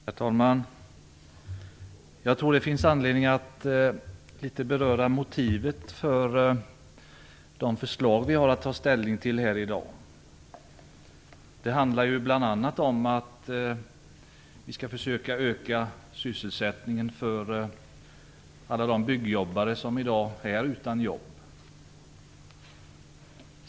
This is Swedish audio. Herr talman! Jag tror det finns anledning att litet grand beröra motivet för de förslag som vi har att ta ställning till här i dag. Det handlar bl.a. om att vi skall försöka öka sysselsättningen för alla de byggjobbare som i dag är utan jobb.